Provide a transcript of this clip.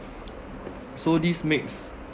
so this makes